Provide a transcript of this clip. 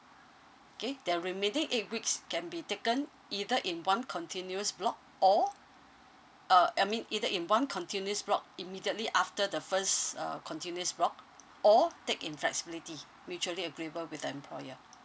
K the remaining eight weeks can be taken either in one continuous block or uh I mean either in one continuous block immediately after the first uh continuous block or take in flexibility mutually agreeable with the employer